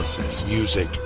Music